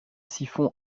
siphon